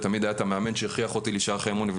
ותמיד היה המאמן שהכריח אותי להישאר אחרי אימון,